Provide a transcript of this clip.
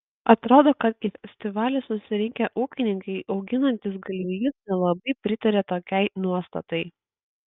atrodo kad į festivalį susirinkę ūkininkai auginantys galvijus nelabai pritaria tokiai nuostatai